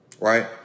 Right